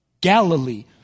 Galilee